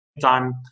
time